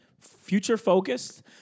Future-focused